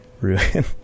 ruin